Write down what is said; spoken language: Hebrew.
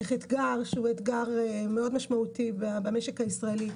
איך אתגר שהוא אתגר מאוד משמעותי במשק הישראלי,